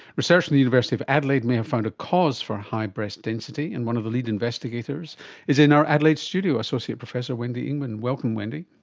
research at the university of adelaide may have found a cause for high breast density, and one of the lead investigators is in our adelaide studio, associate professor wendy ingman. welcome wendy.